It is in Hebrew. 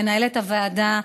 מנהלת הוועדה,